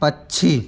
पक्षी